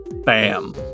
Bam